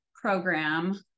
program